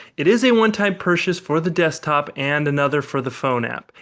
it is a one time purchase for the desktop and another for the phone app.